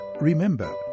Remember